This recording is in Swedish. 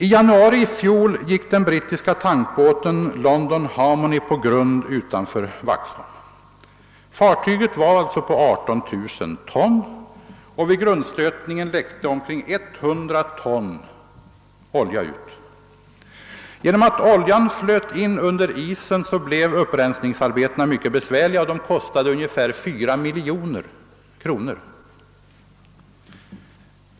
I januari i fjol gick den brittiska tankbåten London Harmony på grund utanför Vaxholm. Fartyget var på 18 000 ton, och vid grundstötningen läckte omkring 100 ton olja ut. Genom att oljan flöt in under isen blev upprensningsarbetena mycket besvärliga, och de kostade ungefär 4 miljoner kr.